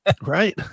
Right